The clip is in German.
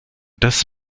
des